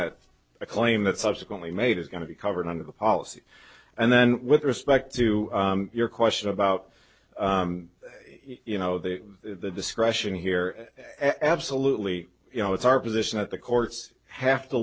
that a claim that subsequently made is going to be covered under the policy and then with respect to your question about you know the discretion here absolutely you know it's our position that the courts have to